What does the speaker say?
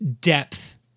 depth